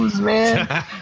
man